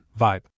vibe